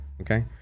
Okay